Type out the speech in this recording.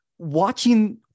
Watching